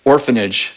orphanage